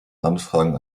anfragen